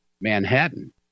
Manhattan